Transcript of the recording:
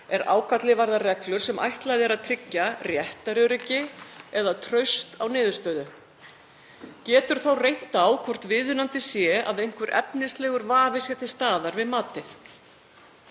ef ágalli varðar reglur sem er ætlað að tryggja réttaröryggi eða traust á niðurstöðu. Getur þá reynt á hvort viðunandi sé að einhver efnislegur vafi sé til staðar við matið.